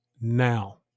now